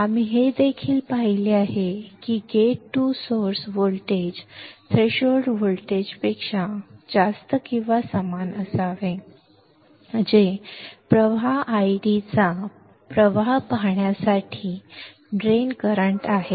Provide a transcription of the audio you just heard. आम्ही हे देखील पाहिले आहे की gate to source voltage threshold व्होल्टेजपेक्षा जास्त किंवा समान असावे जे प्रवाह I चा प्रवाह पाहण्यासाठी जे ड्रेन करंट आहे